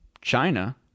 China